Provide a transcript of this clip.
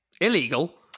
Illegal